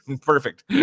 perfect